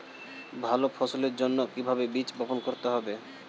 ভালো ফসলের জন্য কিভাবে বীজ বপন করতে হবে?